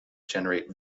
generate